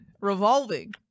revolving